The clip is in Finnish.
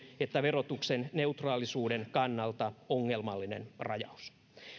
että verotuksen neutraalisuuden kannalta ongelmallinen rajaus